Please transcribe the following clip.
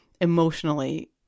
emotionally